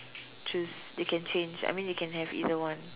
choose they can change I mean they can have either one